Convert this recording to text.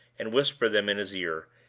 and whisper them in his ear,